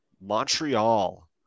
Montreal